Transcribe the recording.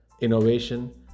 innovation